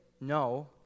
No